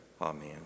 Amen